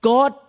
God